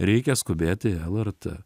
reikia skubėti į lrt